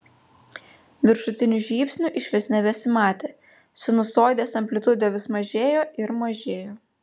viršutinių žybsnių išvis nebesimatė sinusoidės amplitudė vis mažėjo ir mažėjo